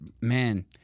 man